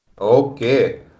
Okay